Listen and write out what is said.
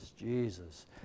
Jesus